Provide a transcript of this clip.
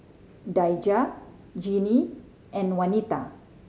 Daija Gennie and Wanita